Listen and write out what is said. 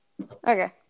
okay